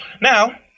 Now